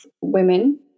women